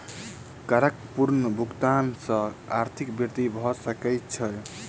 करक पूर्ण भुगतान सॅ आर्थिक वृद्धि भ सकै छै